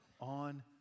on